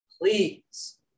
please